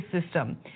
system